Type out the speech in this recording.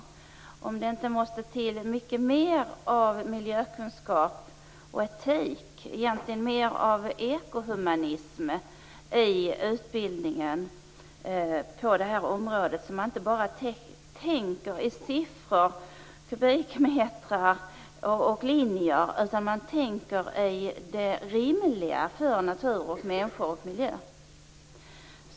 Jag undrar om det inte måste till mycket mer av miljökunskap och etik, mer av ekohumanism i utbildningen på detta område, så att man inte tänker i bara siffror, kubikmetrar och linjer utan att man tänker i det rimliga för natur, människor och miljö.